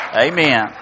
Amen